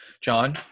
John